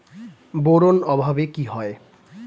Boron অভাবে কি হয়?